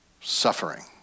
Suffering